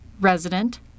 resident